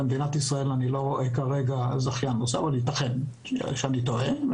במדינת ישראל אני לא רואה כרגע זכיין נוסף אבל ייתכן שאני טועה,